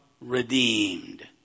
redeemed